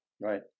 Right